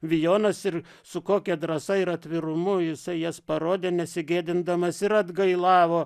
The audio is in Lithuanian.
vijonas ir su kokia drąsa ir atvirumu jisai jas parodė nesigėdindamas ir atgailavo